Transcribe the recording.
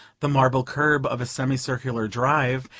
the marble curb of a semi-circular drive,